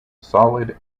solid